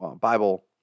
Bible